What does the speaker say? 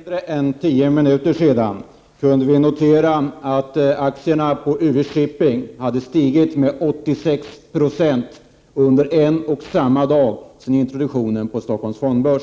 Fru talman! För mindre än tio minuter sedan kunde vi notera att aktierna på UV-Shipping hade stigit med 86 Zo under en och samma dag sedan introduktionen på Stockholms fondbörs.